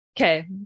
Okay